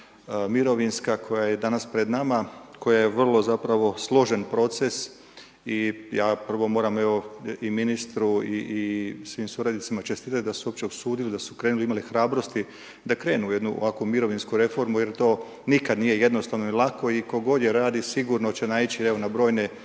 mirovinska koja je danas pred nama, koja je vrlo zapravo složen proces i ja prvo moram evo i ministru i svim suradnicima čestitat da su se uopće usudili, da se u krenuli, imali hrabrosti da krenu u jednu ovakvu mirovinsku reformu jer to nikad nije jednostavno i lako i tko god je radi, sigurno će naići evo na brojne